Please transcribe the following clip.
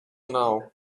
now